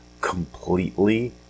completely